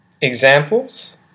Examples